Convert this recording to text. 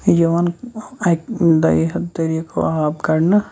یِوان اَکہِ دوٚیہِ طریٖقو آب کَڈنہٕ